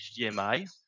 HDMI